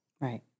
Right